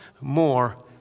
more